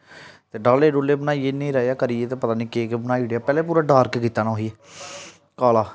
ते डाले डूले बनाइयै न्हेरा जेहा करियै ते पता नेईं केह् केह् बनाई ओड़ेआ पैह्लें पूरा डार्क कीता ना उसी काला